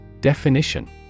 Definition